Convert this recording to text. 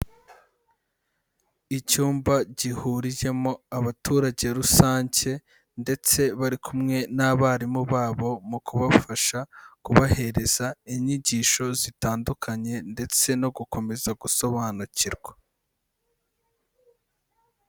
Icyumba gihuriyemo abaturage rusange ndetse bari kumwe n'abarimu babo mu kubafasha kubahereza inyigisho zitandukanye ndetse no gukomeza gusobanukirwa.